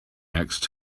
next